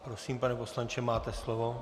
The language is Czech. Prosím, pane poslanče, máte slovo.